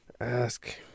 ask